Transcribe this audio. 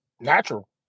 natural